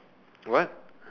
what